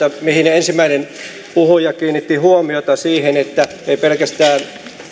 ensimmäinen puhuja kiinnitti huomiota siihen että ei pitäisi pelkästään puhelinasioihin rajoittaa niin liikenne ja